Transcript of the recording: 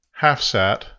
HalfSat